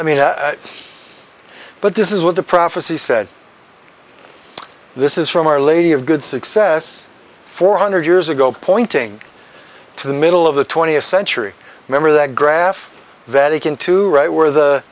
i mean but this is what the prophecy said this is from our lady of good success four hundred years ago pointing to the middle of the twentieth century remember that graph vatican two right where the